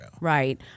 Right